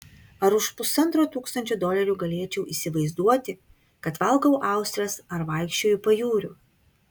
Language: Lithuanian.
ar už pusantro tūkstančio dolerių galėčiau įsivaizduoti kad valgau austres ar vaikščioju pajūriu